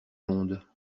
monde